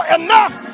enough